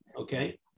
Okay